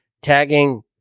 tagging